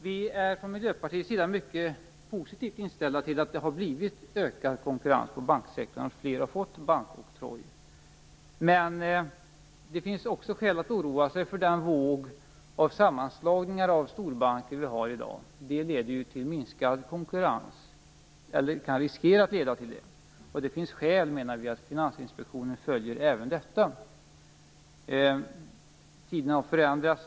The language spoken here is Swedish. Vi är från Miljöpartiets sida mycket positivt inställda till att det har blivit ökad konkurrens på banksektorn, dvs. att fler har fått bankoktroj. Men det finns också skäl att oroa sig för den våg av sammanslagningar av storbanker vi har i dag. Det kan ju riskera att leda till minskad konkurrens. Vi menar att det finns skäl för Finansinspektionen att följa upp denna fråga. Tiderna har förändrats.